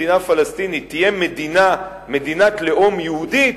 מדינה פלסטינית תהיה מדינת לאום יהודית,